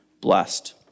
blessed